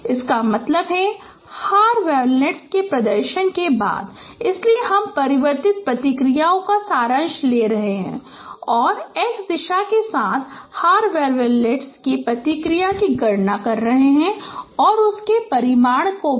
इसका मतलब है हार वेवलेट्स के प्रदर्शन के बाद इसलिए हम परिवर्तित प्रतिक्रियाओं का सारांश ले रहे हैं और x दिशा के साथ हार वेवलेट्स की परिवर्तित प्रतिक्रियाओं का परिमाण भी